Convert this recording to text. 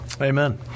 Amen